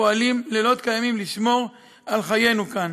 פועלים לילות כימים לשמור על חיינו כאן.